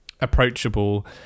approachable